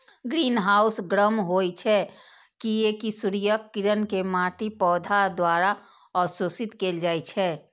greenhouse गर्म होइ छै, कियैकि सूर्यक किरण कें माटि, पौधा द्वारा अवशोषित कैल जाइ छै